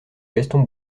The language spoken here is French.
gaston